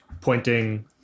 pointing